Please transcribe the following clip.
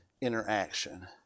interaction